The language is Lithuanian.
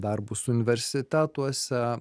darbus universitetuose